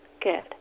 good